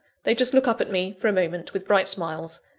they just look up at me, for a moment, with bright smiles,